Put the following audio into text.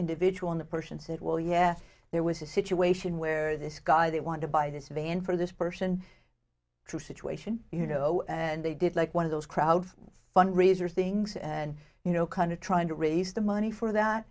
individual in the person said well yes there was a situation where this guy they want to buy this van for this person true situation you know and they did like one of those crowds fundraiser things and you know kind of trying to raise the money for that